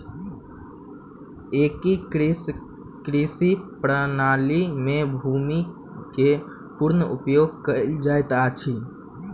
एकीकृत कृषि प्रणाली में भूमि के पूर्ण उपयोग कयल जाइत अछि